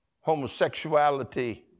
Homosexuality